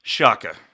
Shaka